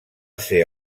ser